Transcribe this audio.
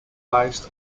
placed